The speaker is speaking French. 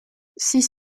six